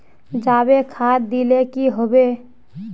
जाबे खाद दिले की होबे?